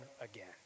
again